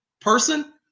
person